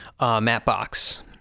mapbox